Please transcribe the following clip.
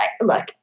Look